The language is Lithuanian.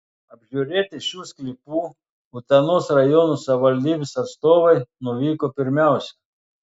apžiūrėti šių sklypų utenos rajono savivaldybės atstovai nuvyko pirmiausia